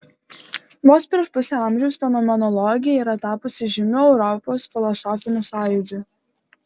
vos prieš pusę amžiaus fenomenologija yra tapusi žymiu europos filosofiniu sąjūdžiu